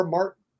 Martin